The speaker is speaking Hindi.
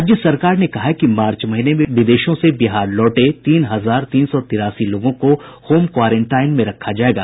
राज्य सरकार ने कहा है कि मार्च महीने में विदेशों से बिहार लौटे तीन हजार तीन सौ तिरासी लोगों को होम क्वारेंटाइन किया जायेगा